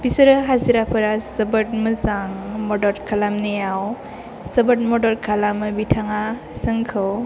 बिसोरो हाजिराफोरा जोबोद मोजां मदद खालामनायाव जोबोद मदद खालामो बिथाङा जोंखौ